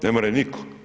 Ne more nitko.